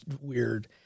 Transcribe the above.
weird